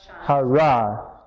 Hara